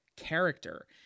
character